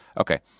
okay